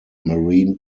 marine